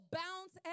bounce